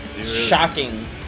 Shocking